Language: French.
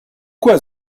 quoi